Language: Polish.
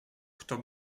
kto